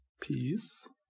Peace